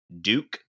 Duke